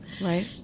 Right